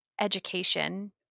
education